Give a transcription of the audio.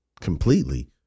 completely